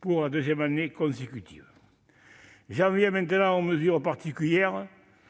pour la deuxième année consécutive. J'en viens maintenant aux mesures particulières.